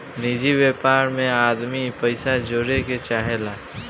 निजि व्यापार मे आदमी पइसा जोड़े के चाहेला